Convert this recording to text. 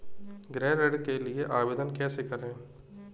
गृह ऋण के लिए आवेदन कैसे करें?